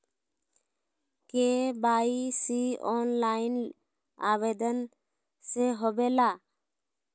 KYC online आवेदन से होवे ला?